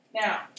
Now